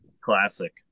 classic